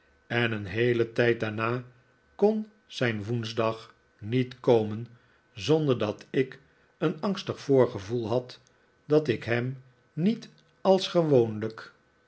en een heelen tijd daarna kon zijn woensdag niet komen zonder dat ik een angstig voorgevoel had dat ik hem niet als gewoonlijk